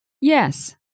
Yes